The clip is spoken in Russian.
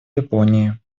японии